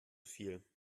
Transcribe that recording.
viel